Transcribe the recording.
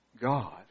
God